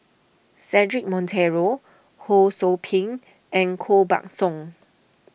Cedric Monteiro Ho Sou Ping and Koh Buck Song